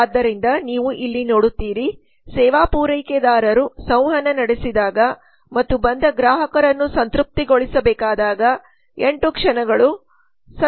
ಆದ್ದರಿಂದ ನೀವು ಇಲ್ಲಿ ನೋಡುತ್ತೀರಿ ಸೇವಾ ಪೂರೈಕೆದಾರರು ಸಂವಹನ ನಡೆಸಿದಾಗ ಮತ್ತು ಬಂದ ಗ್ರಾಹಕರನ್ನು ಸಂತೃಪ್ತಿಗೊಳಿಸಬೇಕಾದಾಗ 8 ಕ್ಷಣಗಳು ಸತ್ಯ